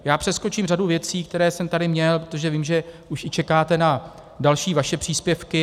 Já přeskočím řadu věcí, které jsem tady měl, protože vím, že už i čekáte na další vaše příspěvky.